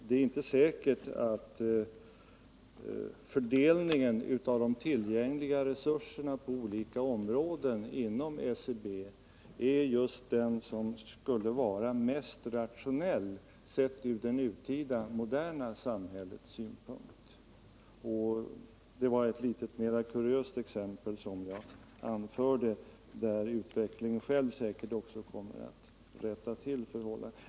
Det är inte säkert att fördelningen av tillgängliga resurser på olika områden inom SCB är just den som skulle vara mest rationell, sett ur det nutida moderna samhällets synpunkt. Det var ett litet mer kuriöst exempel som jag anförde, där utvecklingen själv säkert kommer att rätta till förhållandena.